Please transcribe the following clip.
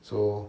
so